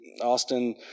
Austin